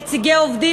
נציגי עובדים,